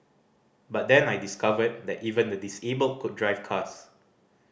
but then I discovered that even the disabled could drive cars